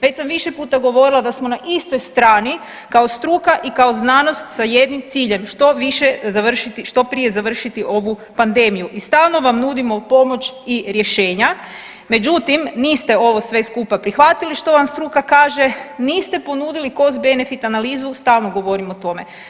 Već sam više puta govorila da smo na istoj strani kao struka i kao znanost sa jednim ciljem, što prije završiti ovu pandemiju i stalno vam nudimo pomoć i rješenja, međutim niste ovo sve skupa prihvatili što vam struka kaže, niste ponudili cost benefit analizu stalno govorim o tome.